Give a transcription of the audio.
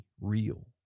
real